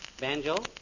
Banjo